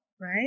right